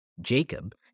Jacob